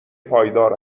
پایدار